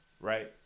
right